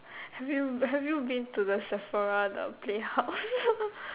have you have you been to the Sephora the playhouse